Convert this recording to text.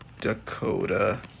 Dakota